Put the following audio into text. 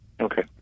Okay